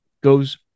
goes